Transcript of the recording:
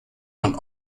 von